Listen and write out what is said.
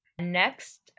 Next